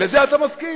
לזה אתה מסכים.